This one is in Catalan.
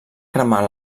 cremar